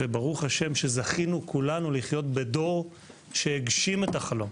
ברוך השם שזכינו כולנו לחיות בדור שהגשים את החלום.